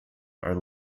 are